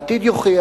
העתיד יוכיח.